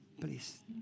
please